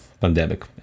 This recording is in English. pandemic